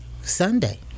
Sunday